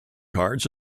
cards